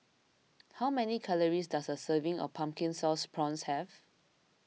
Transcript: how many calories does a serving of Pumpkin Sauce Prawns have